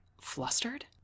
flustered